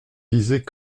disaient